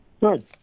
Good